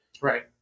Right